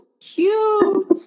cute